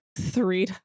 Three